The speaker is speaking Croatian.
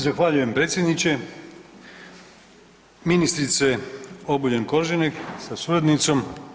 Zahvaljujem predsjedniče, ministrice Obuljen Koržinek sa suradnicom.